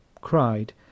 cried